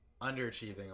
underachieving